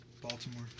Baltimore